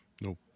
no